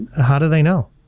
how do they know?